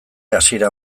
hasiera